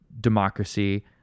democracy